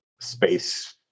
space